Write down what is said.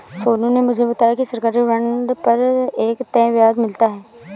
सोनू ने मुझे बताया कि सरकारी बॉन्ड पर एक तय ब्याज मिलता है